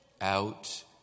out